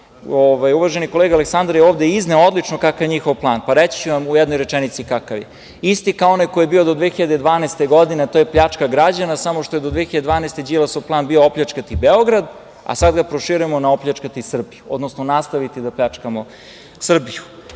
plan. Uvaženi kolega Aleksandar je ovde izneo odlično kakav je njihov plan. Reći ću vam u jednoj rečenici kakav je - isti kao onaj koji je bio do 2012. godine, a to je pljačka građana, samo što je do 2012. godine Đilasov plan bio opljačkati Beograd, a sad ga proširujemo na - opljačkati Srbiju, odnosno nastaviti da pljačkamo Srbiju.